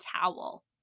towel